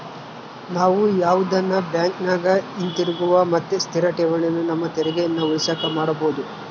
ನಾವು ಯಾವುದನ ಬ್ಯಾಂಕಿನಗ ಹಿತಿರುಗುವ ಮತ್ತೆ ಸ್ಥಿರ ಠೇವಣಿಯನ್ನ ನಮ್ಮ ತೆರಿಗೆಯನ್ನ ಉಳಿಸಕ ಮಾಡಬೊದು